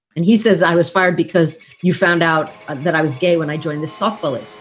and he says, i was fired because you found out that i was gay when i joined the soft belly.